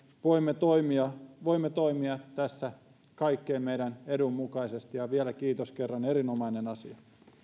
voimme toimia voimme toimia tässä kaikkien meidän edun mukaisesti ja vielä kerran kiitos erinomainen asia